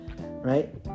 Right